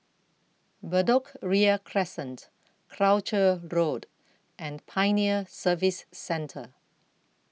Bedok Ria Crescent Croucher Road and Pioneer Service Centre